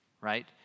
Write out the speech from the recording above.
right